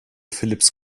philipps